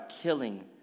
killing